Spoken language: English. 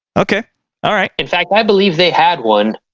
okay all right in fact i believe they had one